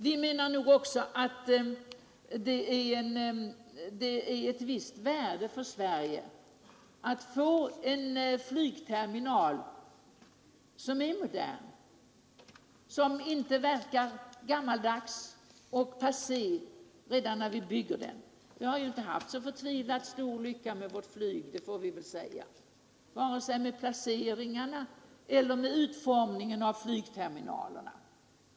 Vi anser också att det har ett visst värde för Sverige att få en flygterminal som är modern och som inte verkar gammaldags och passé redan när vi bygger den. Vi har inte haft — det får vi väl säga — så förtvivlat stor lycka med vårt flyg, vare sig med placeringarna eller med utformningen av flygterminalerna.